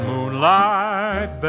Moonlight